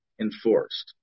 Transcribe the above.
enforced